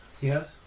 Yes